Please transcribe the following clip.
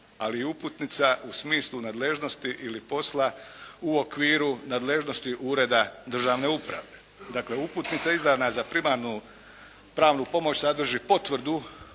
ali i uputnica u smislu nadležnosti ili posla u okviru nadležnosti ureda državne uprave. Dakle, uputnica izdana za primarnu pravnu pomoć sadrži potvrdu